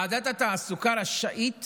ועדת התעסוקה רשאית